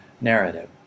narrative